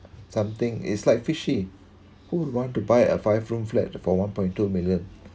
something it's like fishy who want to buy a five room flat for one point two million